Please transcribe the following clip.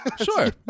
Sure